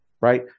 Right